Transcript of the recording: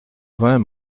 vingt